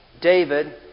David